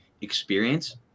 experience